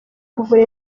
kuvura